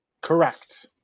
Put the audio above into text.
Correct